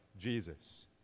Jesus